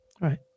Right